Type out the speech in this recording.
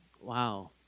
wow